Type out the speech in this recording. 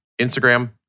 Instagram